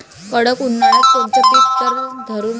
कडक उन्हाळ्यात कोनचं पिकं तग धरून रायते?